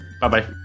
Bye-bye